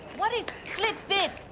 what it clickbit?